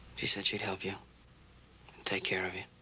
she said she'd help you and take care of you.